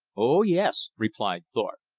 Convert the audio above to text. oh, yes, replied thorpe.